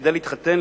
כדי להתחתן,